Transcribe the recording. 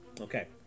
Okay